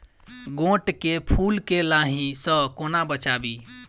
गोट केँ फुल केँ लाही सऽ कोना बचाबी?